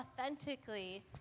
authentically